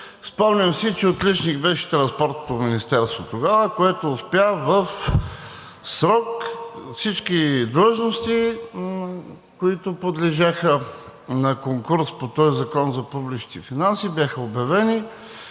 Спомням си, че отличник беше Транспортното министерство тогава, което успя в срок – всички длъжности, които подлежаха на конкурс по Закона за публичните финанси, бяха обявени.